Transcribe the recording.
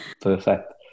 perfect